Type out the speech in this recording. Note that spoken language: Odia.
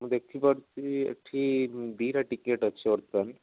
ମୁଁ ଦେଖିପରୁଛି ଏଠି ଦୁଇଟା ଟିକେଟ୍ ଅଛି ବର୍ତ୍ତମାନ